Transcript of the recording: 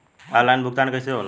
Online भुगतान कईसे होला?